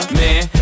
man